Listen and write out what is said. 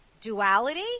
duality